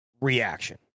reaction